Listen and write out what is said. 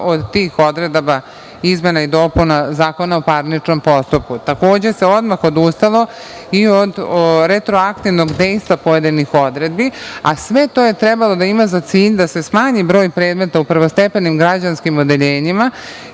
od tih odredaba izmena i dopuna Zakona o parničnom postupku. Takođe, se odmah odustalo i od retroaktivnog dejstva pojedinih odredbi, a sve to je trebalo da ima za cilj da se smanji broj predmeta u prvostepenim građanskim odeljenjima,